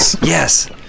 Yes